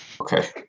Okay